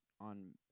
on